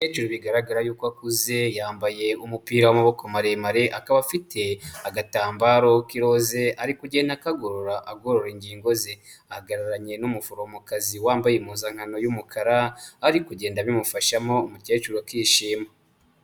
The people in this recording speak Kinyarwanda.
Umukecuru bigaragara yuko akuze, yambaye umupira w'amaboko maremare, akaba afite agatambaro k'iroze, ari kugenda akagorora agorora ingingo ze, ahagararanye n'umuforomokazi wambaye impuzankano y'umukara, ari kugenda abimufashamo umukecuru akishima.